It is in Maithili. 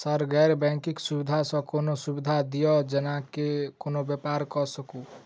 सर गैर बैंकिंग सुविधा सँ कोनों सुविधा दिए जेना कोनो व्यापार करऽ सकु?